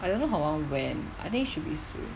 I don't know her [one] when I think should be soon